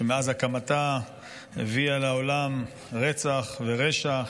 שמאז הקמתה הביאה לעולם רצח ורשע,